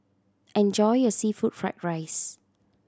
enjoy your seafood fried rice